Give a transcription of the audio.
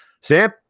Sam